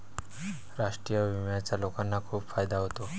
राष्ट्रीय विम्याचा लोकांना खूप फायदा होतो